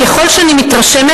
ככל שאני מתרשמת,